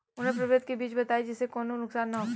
उन्नत प्रभेद के बीज बताई जेसे कौनो नुकसान न होखे?